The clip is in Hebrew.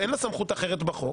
אין לה סמכות אחרת בחוק.